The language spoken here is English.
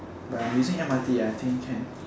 but I'm using M_R_T I think can